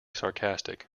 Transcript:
sarcastic